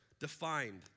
defined